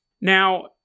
Now